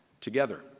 together